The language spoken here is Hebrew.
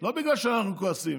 לא בגלל שאנחנו כועסים,